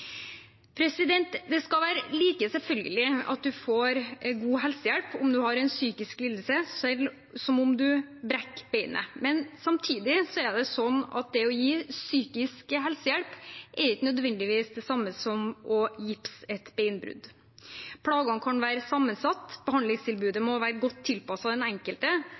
Det skal være like selvfølgelig at man får god helsehjelp om man har en psykisk lidelse, som om man brekker beinet. Samtidig er det slik at det å gi psykisk helsehjelp ikke nødvendigvis er det samme som å gipse et beinbrudd. Plagene kan være sammensatte, og behandlingstilbudet må være godt tilpasset den enkelte.